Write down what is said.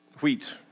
wheat